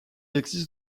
existe